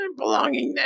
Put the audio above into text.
belongingness